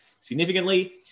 significantly